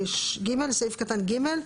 בסעיף קטן (ג),